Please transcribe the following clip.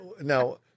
now